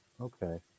okay